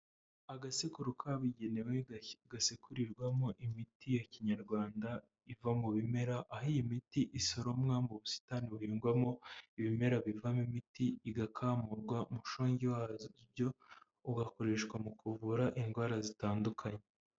Agasekuru kabigenewe gasekurirwamo imiti ya kinyarwanda iva mu bimera, aho iyi imiti isoromwa mu ubusitani buhingwamo ibimera bivamo imiti, igakamurwa, umushungi wabyo ugakoreshwa mu kuvura indwara zitandukanye.